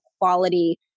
quality